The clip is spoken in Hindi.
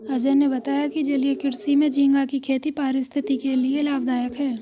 अजय ने बताया कि जलीय कृषि में झींगा की खेती पारिस्थितिकी के लिए लाभदायक है